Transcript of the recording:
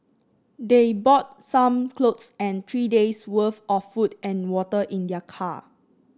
they brought some clothes and three days' worth of food and water in their car